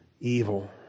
evil